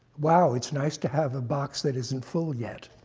wow, it's nice to have a box that isn't full yet.